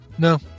No